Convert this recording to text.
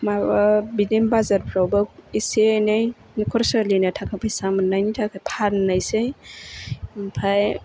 माबा बिदिनो बाजारफ्रावबो एसे एनै नखर सोलिनो ताखा फैसा मोननायनि थाखाय फाननोसै ओमफ्राय